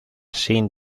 sin